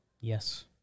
Yes